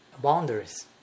boundaries